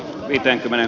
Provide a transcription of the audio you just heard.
viidenkymmenen